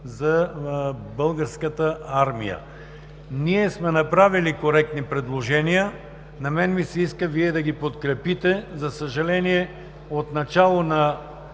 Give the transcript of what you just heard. за Българската армия. Ние сме направили коректни предложения, на мен ми се иска Вие да ги подкрепите. За съжаление, от началото на